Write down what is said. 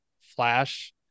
flash